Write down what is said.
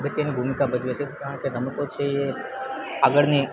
અગત્યની ભૂમિકા ભજવે છે કારણ કે રમતો છે એ આગળની